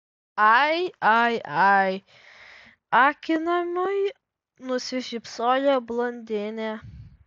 ai ai ai akinamai nusišypsojo blondinė